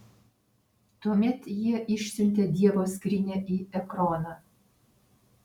tuomet jie išsiuntė dievo skrynią į ekroną